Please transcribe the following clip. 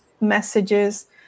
messages